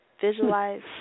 Visualize